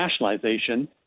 nationalization